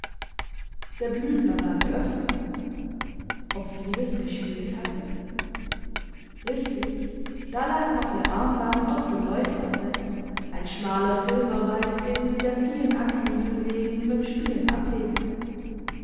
der blüthner war geöffnet ob fides gespielt hatte richtig da lag noch ihr armband auf dem leuchterbrett ein schmaler silberreif den sie der vielen anhängsel wegen beim spielen ablegte